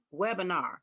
Webinar